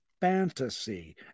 fantasy